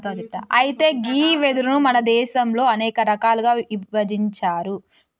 అయితే గీ వెదురును మన దేసంలో అనేక రకాలుగా ఇభజించారు